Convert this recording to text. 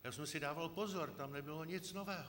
Já jsem si dával pozor, tam nebylo nic nového.